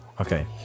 Okay